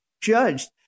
judged